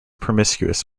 promiscuous